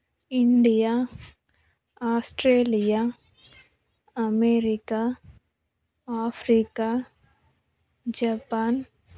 India Australia America Africa Japan